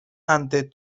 ante